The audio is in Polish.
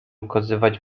ukazywać